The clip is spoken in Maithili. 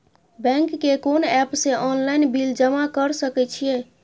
बैंक के कोन एप से ऑनलाइन बिल जमा कर सके छिए?